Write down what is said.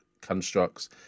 constructs